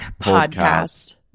Podcast